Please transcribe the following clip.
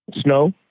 Snow